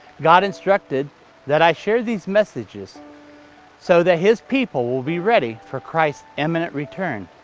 god instructed that i share these messages so that his people will be ready for christ's imminent return.